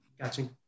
catching